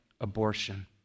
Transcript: abortion